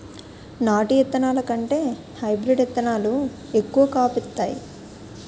నాటు ఇత్తనాల కంటే హైబ్రీడ్ ఇత్తనాలు ఎక్కువ కాపు ఇత్తాయి